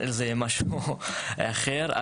זה משהו אחר.